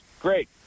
Great